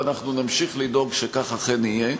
ואנחנו נמשיך לדאוג שכך אכן יהיה.